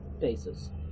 faces